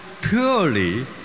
purely